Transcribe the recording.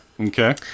Okay